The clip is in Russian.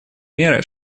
меры